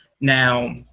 Now